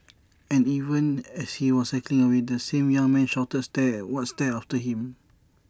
and even as he was cycling away the same young man shouted stare what stare after him